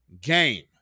game